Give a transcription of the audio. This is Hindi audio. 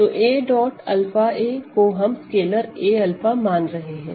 तो a डॉट 𝛂 a को हम स्केलर a 𝛂 मान रहे हैं